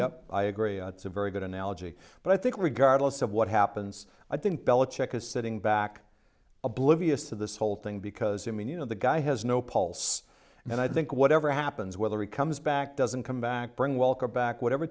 up i agree it's a very good analogy but i think regardless of what happens i think bella checkers sitting back oblivious to this whole thing because i mean you know the guy has no pulse and i think whatever happens whether it comes back doesn't come back bring welcome back whatever